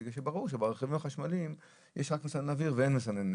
בגלל שברור שברכבים החשמליים יש רק מסנן אוויר ואין מסנן שמן.